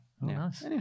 Nice